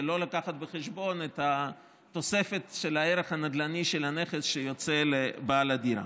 ולא להביא בחשבון את התוספת של הערך הנדל"ני של הנכס שיוצא לבעל הדירה.